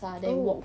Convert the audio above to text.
oh